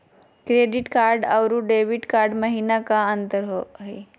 Credit card अरू debit card महिना का अंतर हई?